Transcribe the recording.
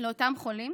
לאותם חולים